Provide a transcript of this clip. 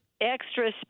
Extra